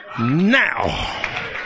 now